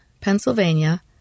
Pennsylvania